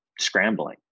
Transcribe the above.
scrambling